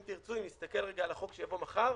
אם תרצו, אם נסתכל על החוק שיבוא מחר,